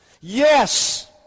Yes